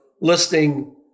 listing